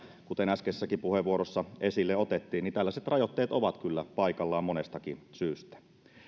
kuten äskeisessäkin puheenvuorossa esille otettiin niin tällaiset rajoitteet ovat kyllä paikallaan monestakin syystä